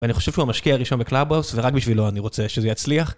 ואני חושב שהוא המשקיע הראשון ב-Clubhouse ורק בשבילו אני רוצה שזה יצליח